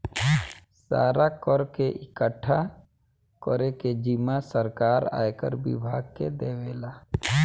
सारा कर के इकठ्ठा करे के जिम्मा सरकार आयकर विभाग के देवेला